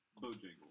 Bojangles